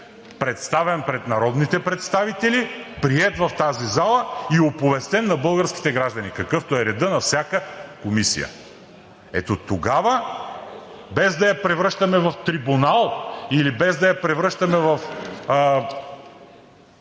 представен пред народните представители, приет в тази зала и оповестен на българските граждани, какъвто е редът на всяка комисия. Ето тогава, без да я превръщаме в трибунал или без да я превръщаме в,